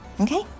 okay